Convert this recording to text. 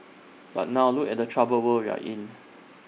but now look at the troubled world we are in